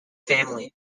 family